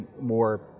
more